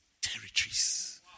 territories